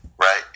right